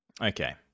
Okay